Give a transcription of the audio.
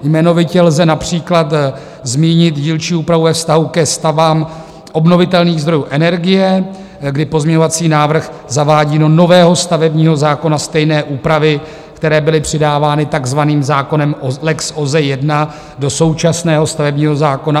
Jmenovitě lze například zmínit dílčí úpravu ve vztahu ke stavbám obnovitelných zdrojů energie, kdy pozměňovací návrh zavádí do nového stavebního zákona stejné úpravy, které byly přidávány takzvaným zákonem o lex OZE 1 do současného stavebního zákona.